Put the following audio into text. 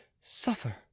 suffer